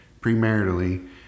premaritally